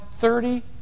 thirty